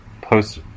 post